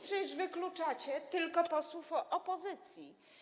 Przecież wykluczacie tylko posłów opozycji.